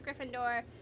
Gryffindor